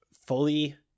fully